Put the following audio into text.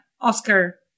Oscar